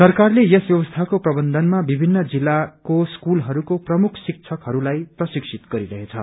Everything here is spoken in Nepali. सरकारले यस व्यवस्थाको प्रवन्धनम विभिन्न जिल्लाको स्कूलहरूको प्रमुख शिक्षकहरूलाई प्रशिक्षित गरिरहेछ